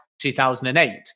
2008